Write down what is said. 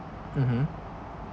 mmhmm